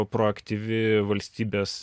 proaktyvi valstybės